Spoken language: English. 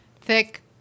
thick